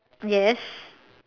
yes